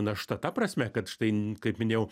našta ta prasme kad štai kaip minėjau